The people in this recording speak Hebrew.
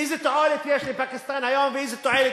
איזו תועלת יש לפקיסטן היום ואיזו תועלת